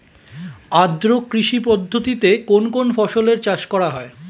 আদ্র কৃষি পদ্ধতিতে কোন কোন ফসলের চাষ করা হয়?